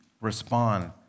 respond